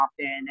often